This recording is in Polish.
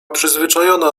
przyzwyczajona